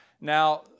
Now